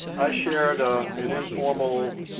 shared ah an informal,